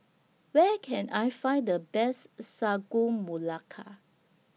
Where Can I Find The Best Sagu Melaka